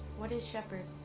what is shepherd?